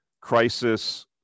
Crisis